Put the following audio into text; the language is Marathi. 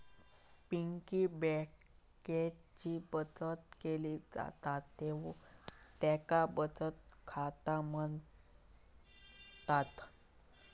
पिगी बँकेत जी बचत केली जाता तेका बचत खाता म्हणतत